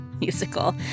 musical